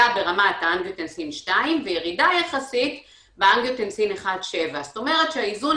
ברמת האנגיוטנסין 2 וירידה יחסית באנגיוטנסין 1.7. זאת אומרת שהאיזון